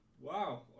wow